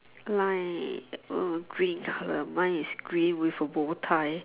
line uh green color mine is grey with a bow tie